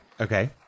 Okay